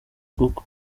google